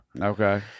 okay